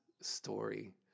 story